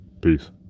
Peace